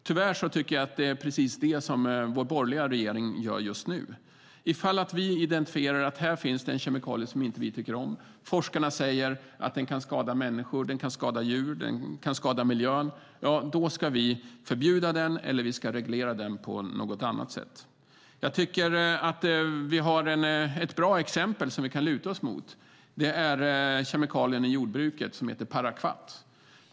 Det är tyvärr precis vad vår borgerliga regering gör just nu. Om vi identifierar att det finns en kemikalie vi inte tycker om, om forskarna säger att den kan skada människor, djur och miljön, ska vi förbjuda den eller reglera den på annat sätt. Det finns ett bra exempel för oss att luta oss mot, nämligen kemikalien i jordbruket som heter parakvat.